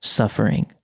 suffering